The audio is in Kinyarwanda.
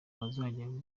bazajya